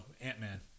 Ant-Man